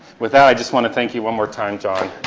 with that, i just wanna thank you one more time, john.